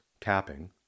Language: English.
tapping